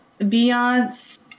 Beyonce